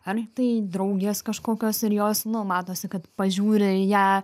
ar tai draugės kažkokios ir jos nu matosi kad pažiūri į ją